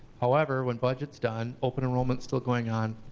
however, when budgets done, open enrollments still going on.